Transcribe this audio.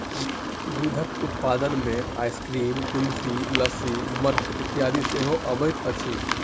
दूधक उत्पाद मे आइसक्रीम, कुल्फी, लस्सी, मट्ठा इत्यादि सेहो अबैत अछि